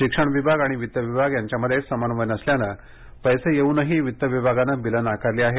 शिक्षण विभाग आणि वित्त विभाग यांच्यामध्ये समन्वय नसल्यानं पैसे येऊनही वित्त विभागानं बिलं नाकारली आहेत